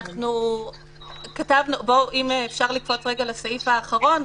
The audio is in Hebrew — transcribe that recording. אם אפשר רגע לפנות לסעיף האחרון,